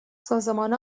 سازمان